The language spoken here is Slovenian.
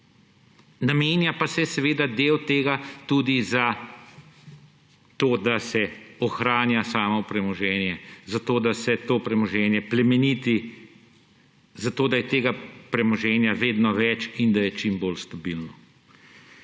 namenja pa se seveda del tega tudi za to, da se ohranja samo premoženje za to, da se to premoženje plemeniti, zato da je tega premoženja vedno več in da je čim bolj stabilno.